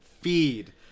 feed